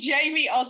Jamie